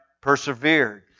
persevered